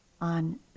on